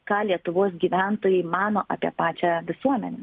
ką lietuvos gyventojai mano apie pačią visuomenę